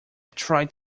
tried